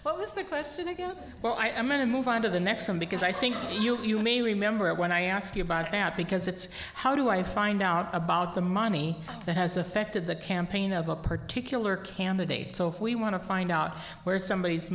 what was the question again well i'm going to move on to the next some because i think you may remember when i ask you about that because it's how do i find out about the money that has affected the campaign of a particular candidate so if we want to find out where somebody